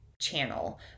channel